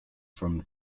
from